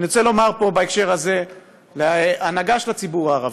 אני רוצה לומר פה בהקשר הזה להנהגה של הציבור הערבי: